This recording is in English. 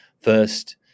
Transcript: first